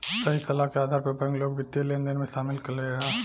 सही सलाह के आधार पर बैंक, लोग के वित्तीय लेनदेन में शामिल करेला